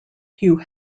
hugh